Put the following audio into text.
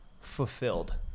fulfilled